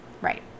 Right